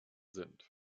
sind